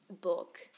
book